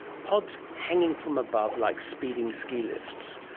pods hanging from above like speeding ski lifts.